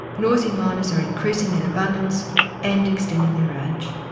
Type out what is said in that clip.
noisy miners are increasing in abundance and extending their range.